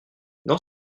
dans